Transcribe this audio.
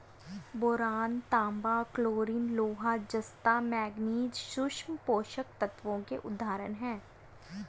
boron, तांबा, chlorine, लोहा, जस्ता, मैंगनीज सूक्ष्म पोषक तत्वों के उदाहरण हैं